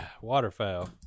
Waterfowl